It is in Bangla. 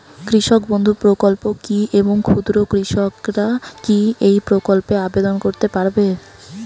কৃষক বন্ধু প্রকল্প কী এবং ক্ষুদ্র কৃষকেরা কী এই প্রকল্পে আবেদন করতে পারবে?